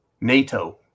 NATO